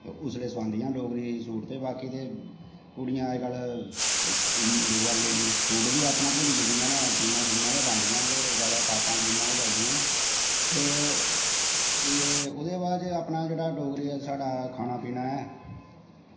ते उसलै सोआंदियां डोगरी सूट ते बाकी ते कुड़ियां अज्ज कल दूआ लेडीज सूट बी अपनां भुल्ली गेदियां न जीन्नां सीन्नां गै पांदियां न ते जैदा टापां जीन्नां गै चलदियां न फिर एह् ओह्दे बाद अपना जेह्ड़ा डोगरी दा साढ़ा खाना पीना ऐ